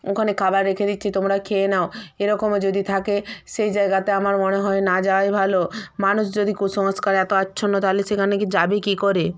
ওখানে খাবার রেখে দিচ্ছি তোমরা খেয়ে নাও এরকমও যদি থাকে সেই জায়গাতে আমার মনে হয় না যাওয়াই ভালো মানুষ যদি কুসংস্কারে এত আচ্ছন্ন তাহলে সেখানে কি যাবে কী করে